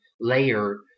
layer